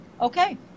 okay